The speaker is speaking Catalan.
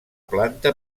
planta